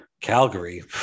Calgary